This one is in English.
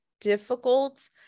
difficult